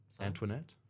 Antoinette